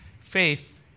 Faith